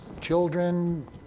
children